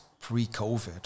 pre-COVID